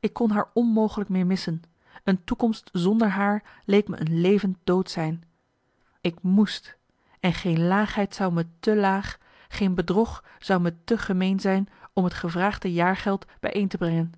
ik kon haar onmogelijk meer missen een toekomst zonder haar leek me een levend doodzijn ik moest en geen laagheid zou me te laag geen bedrog zou me te gemeen zijn om het gevraagde jaargeld bijeen te brengen